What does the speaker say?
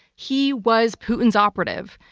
he was putin's operative.